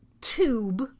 tube